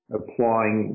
applying